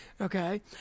okay